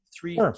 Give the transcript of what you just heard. three